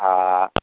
आ